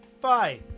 Bye